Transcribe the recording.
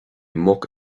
muc